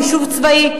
יישוב צבאי,